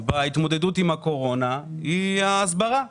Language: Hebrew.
בהתמודדות עם הקורונה הוא ההסברה.